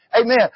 Amen